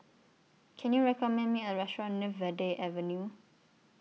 Can YOU recommend Me A Restaurant near Verde Avenue